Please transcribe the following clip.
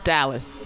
Dallas